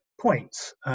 points